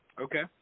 Okay